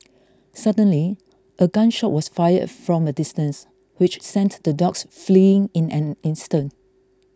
suddenly a gun shot was fired from a distance which sent the dogs fleeing in an instant